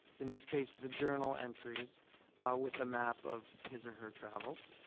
in this case, the journal entries with a map of his or her travels.